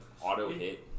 auto-hit